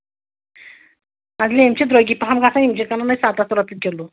یِم چھِ درٛوٚگی پَہم گژھان یِم چھِ کٕنان أسۍ سَتَتھ رۄپیہِ کِلوٗ